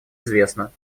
известна